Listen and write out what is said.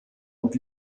und